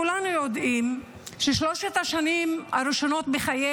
כולנו יודעים ששלוש השנים הראשונות בחיי